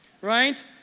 right